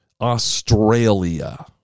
Australia